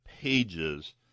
pages